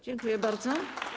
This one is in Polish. Dziękuję bardzo.